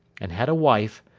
and had a wife,